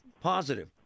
positive